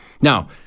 Now